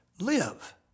live